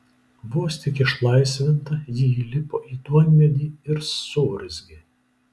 vos tik išlaisvinta ji įlipo į duonmedį ir suurzgė